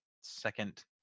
second